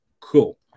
cool